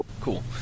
Cool